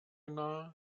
nahe